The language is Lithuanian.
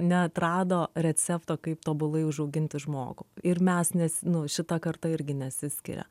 neatrado recepto kaip tobulai užauginti žmogų ir mes nes nu šita karta irgi nesiskiria